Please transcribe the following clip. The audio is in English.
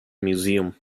museum